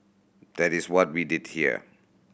that is what we did here